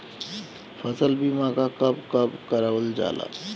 फसल बीमा का कब कब करव जाला?